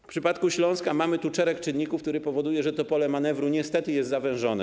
W przypadku Śląska mamy szereg czynników, które powodują, że to pole manewru niestety jest zawężone.